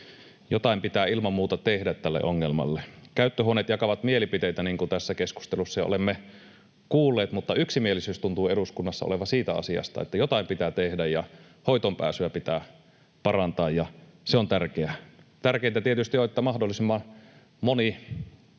Jotain pitää ilman muuta tehdä tälle ongelmalle. Käyttöhuoneet jakavat mielipiteitä, niin kuin tässä keskustelussa olemme jo kuulleet, mutta yksimielisyys tuntuu eduskunnassa olevan siitä asiasta, että jotain pitää tehdä ja hoitoonpääsyä pitää parantaa, ja se on tärkeää. Tärkeintä tietysti on, että mahdollisimman moni